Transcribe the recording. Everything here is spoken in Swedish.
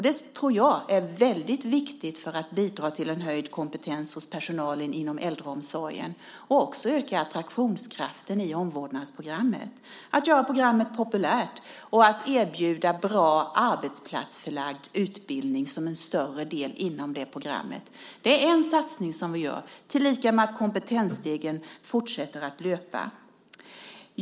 Det tror jag är viktigt för att bidra till höjd kompetens hos personalen inom äldreomsorgen och för att också öka attraktionskraften i omvårdnadsprogrammet, göra programmet populärt, genom att erbjuda en bra arbetsplatsförlagd utbildning i form av en större del av programmet. Det är en satsning som vi gör, samtidigt som Kompetensstegen fortsätter att löpa.